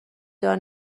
دار